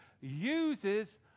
uses